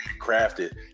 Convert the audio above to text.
crafted